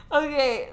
okay